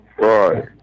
right